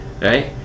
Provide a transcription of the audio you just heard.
Right